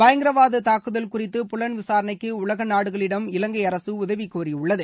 பயங்கரவாத தாக்குதல் குறித்து புலன் விசாரணைக்கு உலக நாடுகளிடம் இலங்கை அரசு உதவி கோரியுள்ளது